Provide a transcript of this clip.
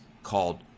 called